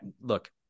look